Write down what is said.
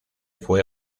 fue